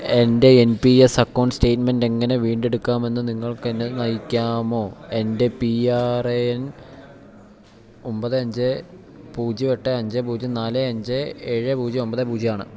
എൻ്റെ N P S account സ്റ്റേറ്റ്മെൻ്റെ് എങ്ങനെ വീണ്ടെടുക്കാമെന്ന് നിങ്ങൾക്കെന്നെ നയിക്കാമോ എൻ്റെ പി ആർ എ എൻ ഒമ്പത് അഞ്ച് പൂജ്യം എട്ട് അഞ്ച് പൂജ്യം നാല് അഞ്ച് ഏഴ് പൂജ്യം ഒമ്പത് പൂജ്യം ആണ്